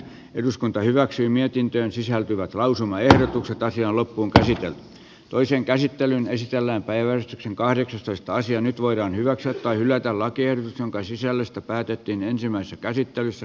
eduskunta hyväksyi mietintöön sisältyvät lausumaehdotuksen taisi olla kun taas yhden toisen käsittelyn esitellään päivän kahdeksastoista sija nyt voidaan hyväksyä tai hylätä lakiehdotus jonka sisällöstä päätettiin ensimmäisessä käsittelyssä